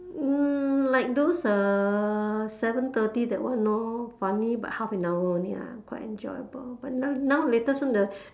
mm like those uh seven thirty that one lor funny but half an hour only lah quite enjoyable but now now latest one the